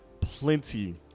plenty